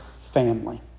family